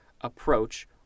approach